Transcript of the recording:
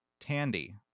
Tandy